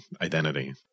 identity